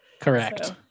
Correct